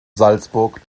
salzburg